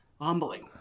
humbling